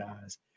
guys